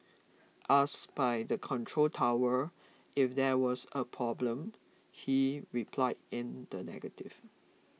asked by the control tower if there was a problem he replied in the negative